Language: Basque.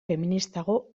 feministago